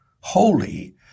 holy